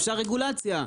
אפשר רגולציה.